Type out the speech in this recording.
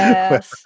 Yes